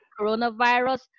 coronavirus